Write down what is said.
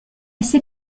ces